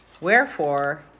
Wherefore